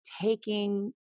taking